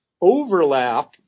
overlap